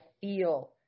feel